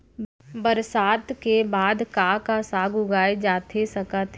बरसात के बाद का का साग उगाए जाथे सकत हे?